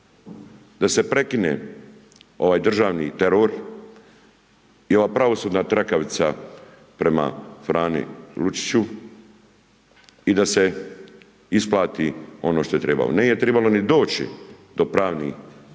da se prekine ovaj državni teror i ova pravosudna trakavica prema Frani Luciću i da se isplati ono što je trebalo. Nije trebalo ni doći do pravnih